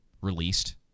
released